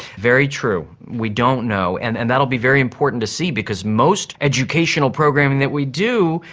very true, we don't know, and and that will be very important to see because most educational programming that we do,